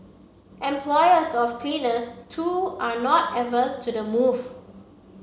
employers of cleaners too are not averse to the move